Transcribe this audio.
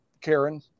Karen